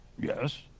Yes